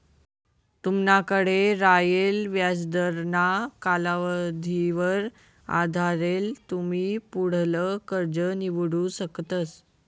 तुमनाकडे रायेल व्याजदरना कालावधीवर आधारेल तुमी पुढलं कर्ज निवडू शकतस